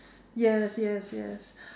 yes yes yes